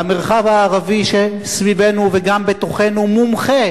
והמרחב הערבי שמסביבנו וגם בתוכנו מומחה